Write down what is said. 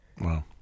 Wow